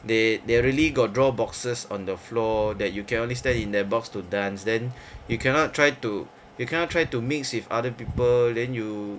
they they really got draw boxes on the floor that you can only stand in a box to dance then you cannot try to you cannot try to mix with other people then you